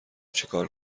چیکار